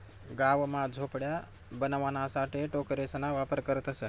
गाव मा झोपड्या बनवाणासाठे टोकरेसना वापर करतसं